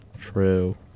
True